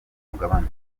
mugabane